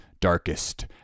darkest